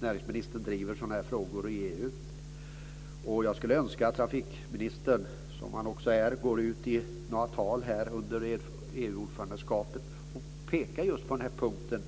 näringsministern driver sådana här frågor i EU. Jag skulle önska att trafikministern, som ministern ju också är, går ut under EU-ordförandeskapet och pekar på just den här punkten.